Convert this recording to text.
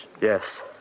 Yes